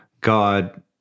God